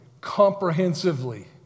comprehensively